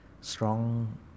strong